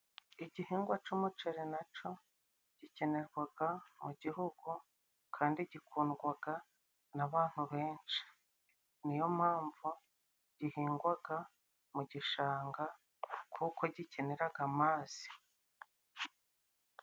Igihingwa c'umuceri na co gikenerwaga mu Gihugu kandi gikundwaga n'abantu benshi. Niyo mpamvu gihingwaga mu gishanga kuko gikeneraga amazi.